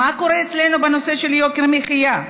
מה קורה אצלנו בנושא של יוקר מחייה?